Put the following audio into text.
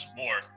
more